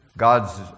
God's